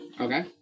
Okay